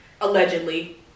allegedly